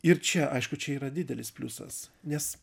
ir čia aišku čia yra didelis pliusas nes